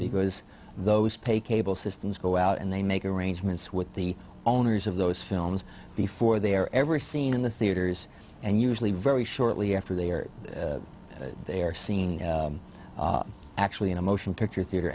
because those pay cable systems go out and they make arrangements with the owners of those films before they are ever seen in the theaters and usually very shortly after they are they are seen actually in a motion picture theater